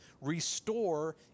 restore